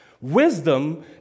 Wisdom